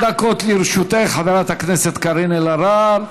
עשר דקות לרשותך, חברת הכנסת קארין אלהרר.